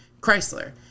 Chrysler